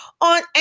on